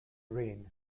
reign